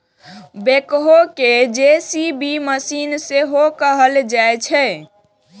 backhoe कें JCB machine सेहो कहल जाइ छै